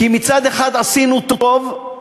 כי מצד אחד עשינו טוב,